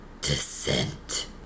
descent